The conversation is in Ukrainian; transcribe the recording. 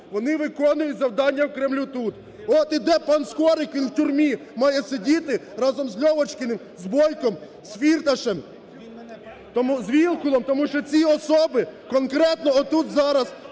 вони виконують завдання у Кремля тут. От іде пан Скорик, він у тюрмі має сидіти разом з Льовочкіним, з Бойком, Фірташем, з Вілкулом, тому що ці особи конкретно отут зараз